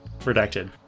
Redacted